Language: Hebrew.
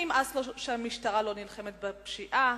שנמאס לו שהמשטרה לא נלחמת בפשיעה,